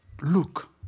Look